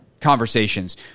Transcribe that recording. conversations